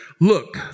Look